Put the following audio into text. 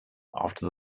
after